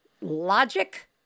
logic